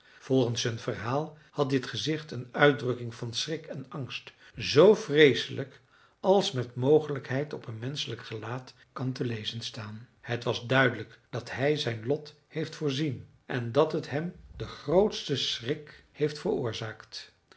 volgens hun verhaal had dit gezicht een uitdrukking van schrik en angst zoo vreeselijk als met mogelijkheid op een menschelijk gelaat kan te lezen staan het was duidelijk dat hij zijn lot heeft voorzien en dat het hem den grootsten schrik heeft veroorzaakt